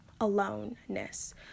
aloneness